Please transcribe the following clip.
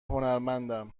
هنرمندم